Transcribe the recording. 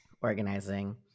organizing